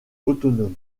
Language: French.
autonomes